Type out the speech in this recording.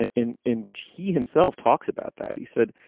and in in which he himself talks about that. he said,